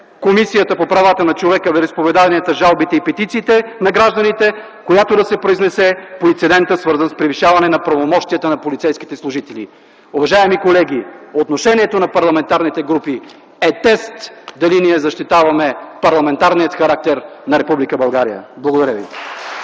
Комисията по правата на човека, вероизповеданията, жалбите и петициите на гражданите, която да се произнесе по инцидента, свързан с превишаване правомощията на полицейските служители. Уважаеми колеги, отношението на парламентарните групи е тест дали ние защитаваме парламентарния характер на Република България. Благодаря.